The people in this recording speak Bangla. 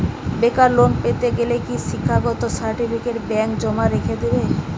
বেকার লোন পেতে গেলে কি শিক্ষাগত সার্টিফিকেট ব্যাঙ্ক জমা রেখে দেবে?